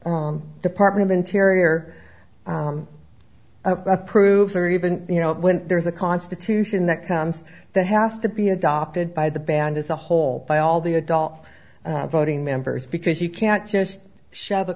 the department of interior approves or even you know when there's a constitution that comes that has to be adopted by the band as a whole by all the adult voting members because you can't just shove the